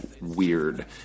weird